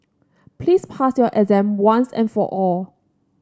please pass your exam once and for all